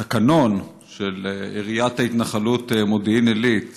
תקנון של עיריית ההתנחלות מודיעין עילית